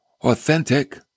authentic